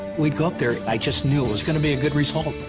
we'd go up there i just knew it was going to be a good result.